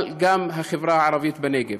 אבל גם החברה הערבית בנגב.